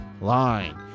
line